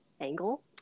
angle